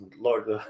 Lord